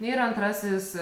ir antrasis